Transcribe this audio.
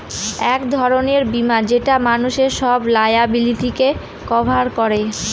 এক ধরনের বীমা যেটা মানুষের সব লায়াবিলিটিকে কভার করে